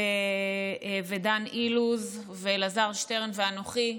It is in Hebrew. דן אילוז, אלעזר שטרן ואנוכי,